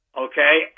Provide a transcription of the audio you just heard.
okay